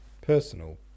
Personal